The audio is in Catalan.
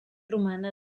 romana